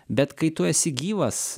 bet kai tu esi gyvas